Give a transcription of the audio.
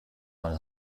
mal